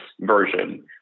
version